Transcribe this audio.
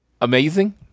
Amazing